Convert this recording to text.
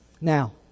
Now